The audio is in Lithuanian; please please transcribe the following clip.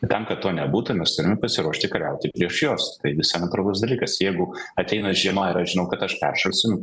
tam kad to nebūtų mes turim pasiruošti kariauti prieš juos tai visai natūralus dalykas jeigu ateina žiema ir aš žinau kad aš peršalsiu